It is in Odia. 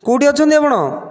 କେଉଁଠି ଅଛନ୍ତି ଆପଣ